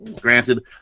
granted